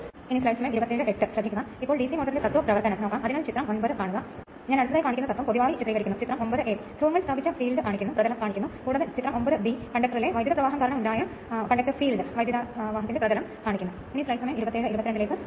ഞാൻ ഒരു പുസ്തകത്തിൽ നിന്ന് എടുത്ത ഈ ഫോട്ടോയാണെന്നും ഇത് ഒരു ഫോട്ടോകോപ്പി വളരെ കറുത്തതായി കാണപ്പെടുന്നുവെന്നും ഞാൻ അർത്ഥമാക്കുന്നു കാരണം ഈ ഫോട്ടോകോപ്പിയിൽ ഇവ പുറത്തെടുത്ത ടെർമിനലുകളാണ്